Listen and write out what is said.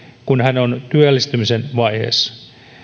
kun hän on työllistymisen vaiheessa